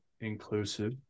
inclusive